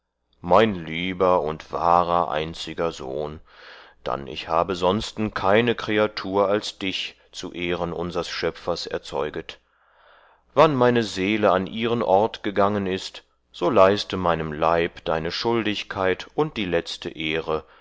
mein lieber und wahrer einziger sohn dann ich habe sonsten keine kreatur als dich zu ehren unsers schöpfers erzeuget wann meine seele an ihren ort gangen ist so leiste meinem leib deine schuldigkeit und die letzte ehre